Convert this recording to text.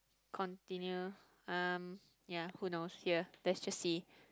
continue um ya who knows here let's just see